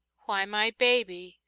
why, my baby,